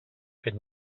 fet